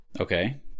Okay